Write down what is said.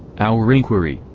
our inquiry,